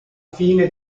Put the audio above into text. fine